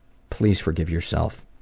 please forgive yourself.